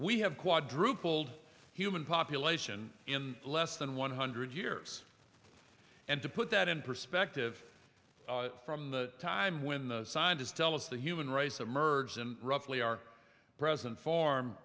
we have quadrupled human population in less than one hundred years and to put that in perspective from the time when the scientists tell us the human race emerges in roughly our present